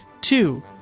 Two